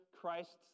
Christ's